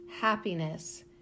happiness